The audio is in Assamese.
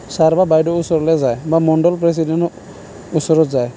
ছাৰ বা বাইদেউ ওচৰলৈ যায় বা মণ্ডল প্ৰেচিডেণ্টৰ ওচৰত যায়